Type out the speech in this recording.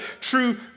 true